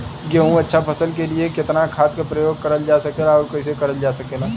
गेहूँक अच्छा फसल क लिए कितना खाद के प्रयोग करल जा सकेला और कैसे करल जा सकेला?